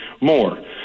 more